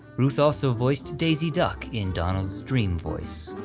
ruth also voiced daisy duck in donald's dream voice.